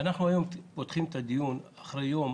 ברשותך, אנחנו היום פותחים את הדיון אחרי יום